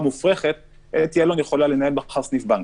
אתי אלון יכולה לנהל מחר סניף בנק.